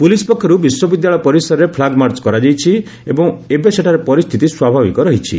police ପକ୍ଷରୁ ବିଶ୍ୱବିଦ୍ୟାଳୟ ପରିସରରେ ଫ୍ଲାଗ୍ମାର୍ଚ୍ଚ କରାଯାଇଛି ଏବଂ ଏବେ ସେଠାରେ ପରିସ୍ଥିତି ସ୍ୱାଭାବିକ ରହିଛି